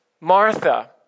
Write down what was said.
Martha